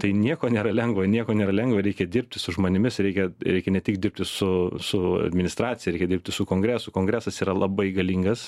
tai nieko nėra lengva nieko nėra lengva reikia dirbti su žmonėmis reikia reikia ne tik dirbti su su administracija reikia dirbti su kongresu kongresas yra labai galingas